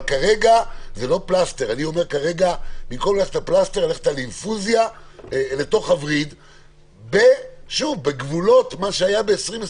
כרגע יש ללכת על אינפוזיה בתוך הווריד ובגבולות מה שהיה ב-2020.